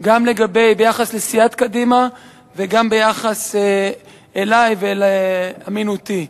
גם ביחס לסיעת קדימה וגם ביחס אלי ואל אמינותי.